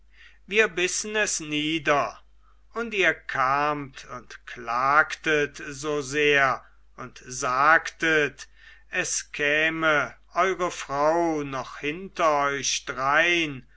wir bissen es nieder und ihr kamt und klagtet so sehr und sagtet es käme eure frau noch hinter euch drein